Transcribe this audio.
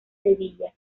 sevilla